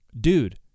dude